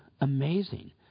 amazing